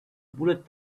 bullet